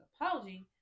apology